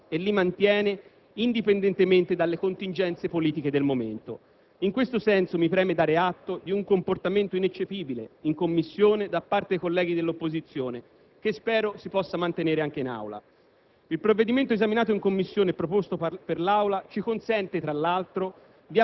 Quella politica che in queste situazioni sa stringere patti per quei superiori interessi e li mantiene, indipendentemente dalle contingenze politiche del momento. In questo senso, mi preme dare atto di un comportamento ineccepibile in Commissione da parte dei colleghi dell'opposizione, che spero si possa mantenere anche in Aula.